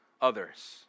others